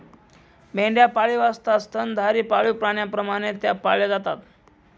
मेंढ्या पाळीव असतात स्तनधारी पाळीव प्राण्यांप्रमाणे त्या पाळल्या जातात